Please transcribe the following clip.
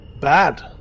bad